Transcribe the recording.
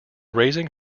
raising